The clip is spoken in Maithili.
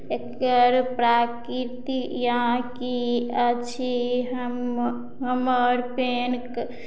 एकर प्राकृतिया की अछि हम हमर पैन